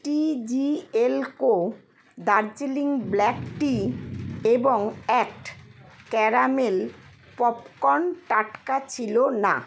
TGL co Darjeeling black tea এবং অ্যাক্ট caramel popcorn টাটকা ছিল না